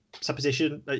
supposition